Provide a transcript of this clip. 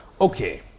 Okay